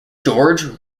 george